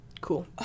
Cool